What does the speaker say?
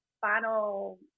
final